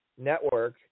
network